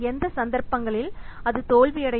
எந்த சந்தர்ப்பங்களில் அது தோல்வியடையும்